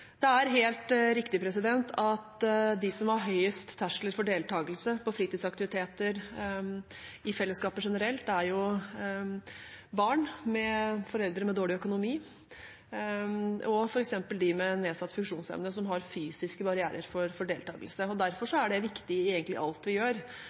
Det er helt riktig at de som har høyest terskel for deltakelse på fritidsaktiviteter, i fellesskap generelt, jo er barn med foreldre med dårlig økonomi, og f.eks. de med nedsatt funksjonsevne, som har fysiske barrierer for deltakelse. Derfor